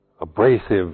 abrasive